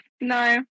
No